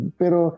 pero